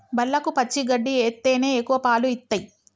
బర్లకు పచ్చి గడ్డి ఎత్తేనే ఎక్కువ పాలు ఇత్తయ్